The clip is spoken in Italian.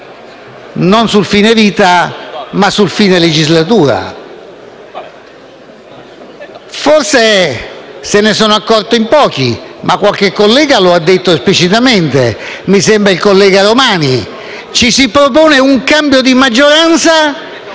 non sul fine vita ma sul fine legislatura. Forse se ne sono accorti in pochi, ma qualche collega lo ha detto esplicitamente (mi sembra il collega Romani): ci si propone un cambio di maggioranza